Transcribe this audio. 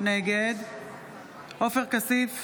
נגד עופר כסיף,